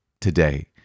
today